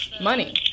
money